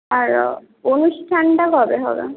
আর অনুষ্ঠানটা কবে হবে